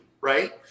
right